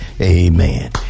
Amen